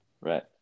Right